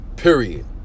Period